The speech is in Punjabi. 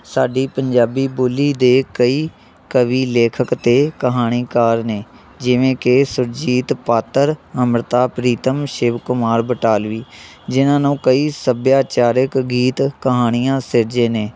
ਸਾਡੀ ਪੰਜਾਬੀ ਬੋਲੀ ਦੇ ਕਈ ਕਵੀ ਲੇਖਕ ਅਤੇ ਕਹਾਣੀਕਾਰ ਨੇ ਜਿਵੇਂ ਕਿ ਸੁਰਜੀਤ ਪਾਤਰ ਅੰਮ੍ਰਿਤਾ ਪ੍ਰੀਤਮ ਸ਼ਿਵ ਕੁਮਾਰ ਬਟਾਲਵੀ ਜਿਨ੍ਹਾਂ ਨੂੰ ਕਈ ਸੱਭਿਆਚਾਰਕ ਗੀਤ ਕਹਾਣੀਆਂ ਸਿਰਜੇ ਨੇ